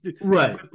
Right